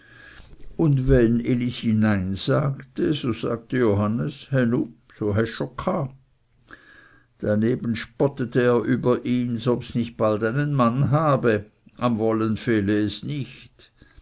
und wenn elisi nein sagte so sagte johannes he nu so hesch scho gha daneben spottete er über ihns obs nicht bald einen mann habe am wollen fehle es nicht